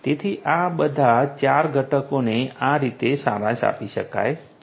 તેથી આ બધા ચાર ઘટકોને આ રીતે સારાંશ આપી શકાય છે